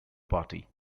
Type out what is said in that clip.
party